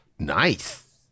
Nice